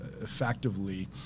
effectively